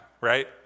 right